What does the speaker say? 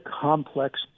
complex